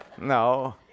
No